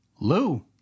Lou